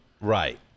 Right